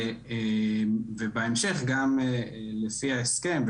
ובהמשך גם לפי ההסכם.